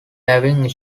paving